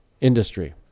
industry